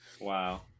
Wow